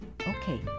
Okay